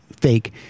fake